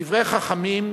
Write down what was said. דברי חכמים,